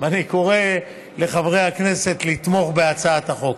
אני קורא לחברי הכנסת לתמוך בהצעת החוק.